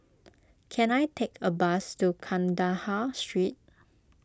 can I take a bus to Kandahar Street